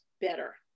better